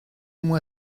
moi